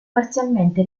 parzialmente